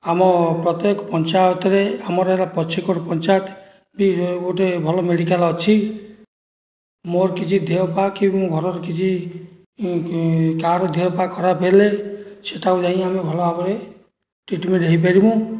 ଆମ ପ୍ରତ୍ୟେକ ପଞ୍ଚାୟତରେ ଆମର ହେଲା ପଛିକୁଟ ପଞ୍ଚାୟତ ବି ଗୋଟେ ଭଲ ମେଡ଼ିକାଲ ଅଛି ମୋର କିଛି ଦେହ ପା କି ମୋ ଘରର କିଛି କାହାର ଦେହ ପା ଖରାପ ହେଲେ ସେଠାକୁ ଯାଇ ଆମେ ଭଲ ଭାବରେ ଟ୍ରିଟମେଣ୍ଟ ହେଇପାରିବୁ